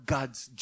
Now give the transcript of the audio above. God's